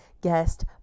guest